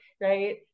right